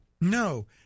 no